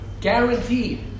guaranteed